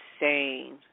insane